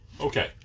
Okay